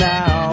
Now